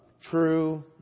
true